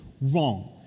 wrong